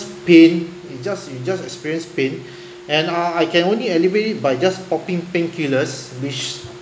pain you just you just experience pain and I I can only alleviate it by just popping painkillers which